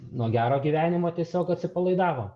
nuo gero gyvenimo tiesiog atsipalaidavo